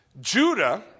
Judah